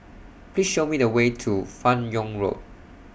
Please Show Me The Way to fan Yoong Road